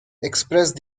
expressed